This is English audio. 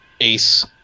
ace